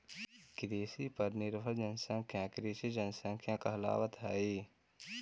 कृषि पर निर्भर जनसंख्या कृषि जनसंख्या कहलावऽ हई